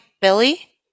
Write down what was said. Billy